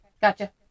Gotcha